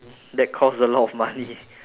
that cost a lot of money